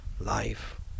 life